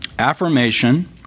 affirmation